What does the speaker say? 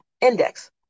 Index